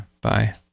Bye